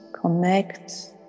connect